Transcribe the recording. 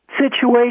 situation